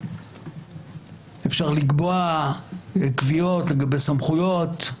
אפשר לקבוע קביעות לגבי סמכויות.